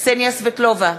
קסניה סבטלובה,